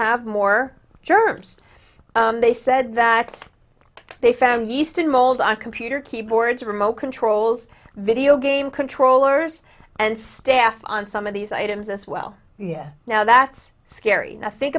have more germs they said that they found used in mold on computer keyboards remote controls video game controllers and staff on some of these items as well yes now that's scary to think